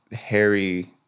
Harry